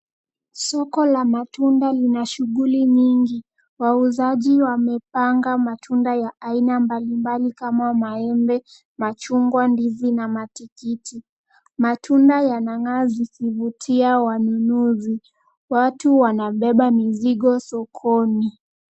Soko la matunda lina shughuli nyingi. Wauzaji wamepanga matunda ya aina mbalimbali kama maembe, machungwa, ndizi na matikiti. Matunda yanang'aa zikivutia wanunuzi. Watu wanabeba mizigo sokoni.